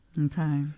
Okay